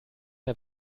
der